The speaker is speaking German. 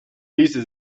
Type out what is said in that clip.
ließe